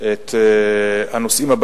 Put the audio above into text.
קרנות מזבח.